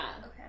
Okay